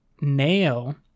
nail